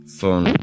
phone